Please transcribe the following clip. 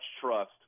trust